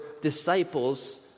disciples